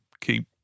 keep